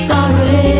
Sorry